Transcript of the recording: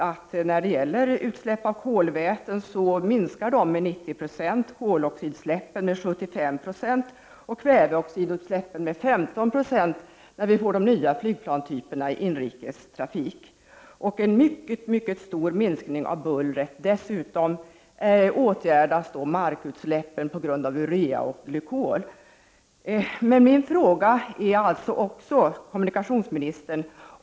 Det innebär att utsläppen av kolväten minskar med 90 26, koldioxidutsläppen med 75 96 och kväveoxidutsläppen med 15 Yo när vi får de nya flygplanstyperna i inrikestrafiken. Dessutom sker det en mycket stor minskning av bullret. Även markutsläppen åtgärdas på grund av urea och glykol.